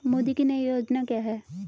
मोदी की नई योजना क्या है?